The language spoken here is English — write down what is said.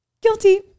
guilty